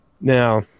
Now